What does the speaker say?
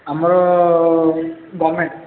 ଆମର ଗଭର୍ଣ୍ଣମେଣ୍ଟ